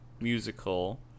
musical